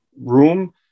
room